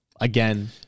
again